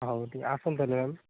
ହଉ ଠିକ୍ ଅଛି ଆସନ୍ତୁ ତା'ହେଲେ ଆଉ